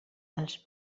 els